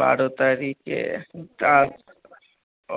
বারো তারিখে